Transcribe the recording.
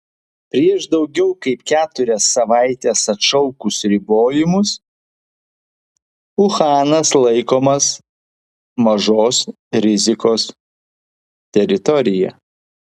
prieš daugiau kaip keturias savaites atšaukus ribojimus uhanas laikomas mažos rizikos teritorija